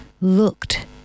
looked